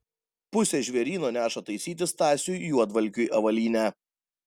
pusė žvėryno neša taisyti stasiui juodvalkiui avalynę